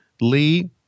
Lee